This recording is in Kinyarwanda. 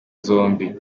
zombi